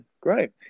great